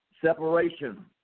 Separation